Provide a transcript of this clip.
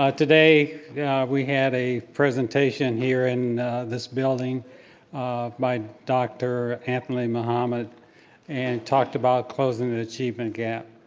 ah today yeah we had a presentation here in this building by dr. anthony muhammad and talked about closing the achievement gap.